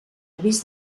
avís